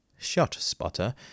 Shotspotter